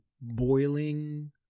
boiling